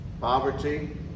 poverty